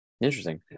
Interesting